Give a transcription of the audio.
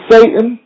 Satan